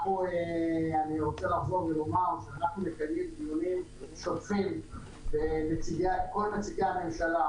אני רוצה לחזור ולומר שאנחנו מקיימים דיונים שוטפים עם כל נציגי הממשלה,